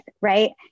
Right